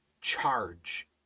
charge